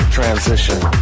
Transition